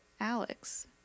Alex